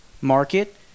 market